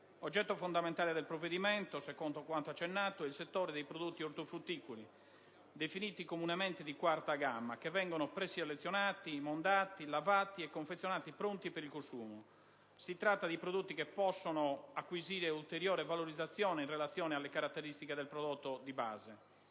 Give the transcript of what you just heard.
Oggetto fondamentale del provvedimento, secondo quanto accennato, è il settore dei prodotti ortofrutticoli, definiti comunemente di quarta gamma, che vengono preselezionati, mondati, lavati e confezionati pronti per il consumo. Si tratta di prodotti che possono acquisire ulteriore valorizzazione in relazione alle caratteristiche del prodotto di base,